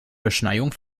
beschneiung